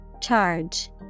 Charge